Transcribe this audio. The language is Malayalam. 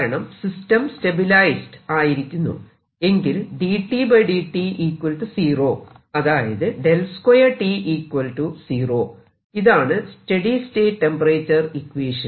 കാരണം സിസ്റ്റം സ്റ്റെബിലൈസ്ഡ് ആയിരിക്കുന്നു എങ്കിൽ dT dt 0 അതായത് ഇതാണ് സ്റ്റെഡി സ്റ്റേറ്റ് ടെമ്പറേച്ചർ ഇക്വേഷൻ